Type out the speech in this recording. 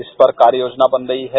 इस पर कार्य योजना बन रही है